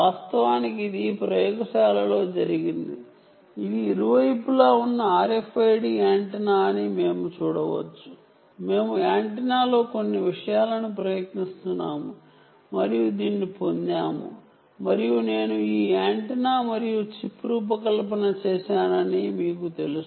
వాస్తవానికి ఇది ప్రయోగశాలలో జరిగింది ఇది ఇరువైపులా ఉన్న RFID యాంటెన్నా అని మేము చూడవచ్చు మేము యాంటెన్నాలో కొన్ని విషయాలను ప్రయత్నిస్తున్నాము మరియు దీన్ని పొందాము మరియు నేను ఈ యాంటెన్నా మరియు చిప్ రూపకల్పన చేశానని మీకు తెలుసు